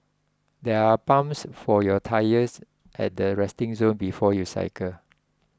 there are pumps for your tyres at the resting zone before you cycle